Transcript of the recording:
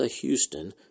Houston